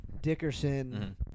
Dickerson